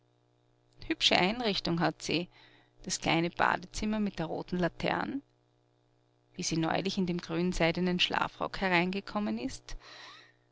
hübsche einrichtung hat sie das kleine badezimmer mit der roten latern wie sie neulich in dem grünseidenen schlafrock hereingekommen ist